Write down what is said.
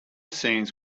scenes